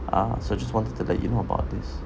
ah so I just wanted to let you know about this